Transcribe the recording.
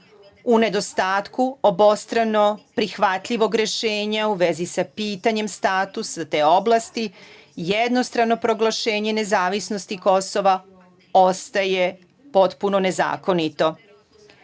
nedostatku obostrano prihvatljivog rešenja u vezi sa pitanjem statusa te oblasti jednostrano proglašenje nezavisnosti Kosova ostaje potpuno nezakonito.